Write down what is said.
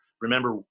remember